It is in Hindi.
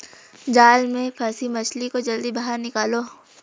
जाल में फसी मछली को जल्दी बाहर निकालो